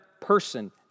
person